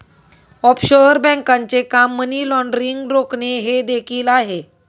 offshore बँकांचे काम money laundering रोखणे हे देखील आहे